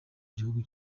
gihugu